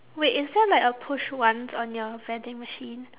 wait is there like a push once on your vending machine